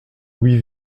louis